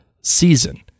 season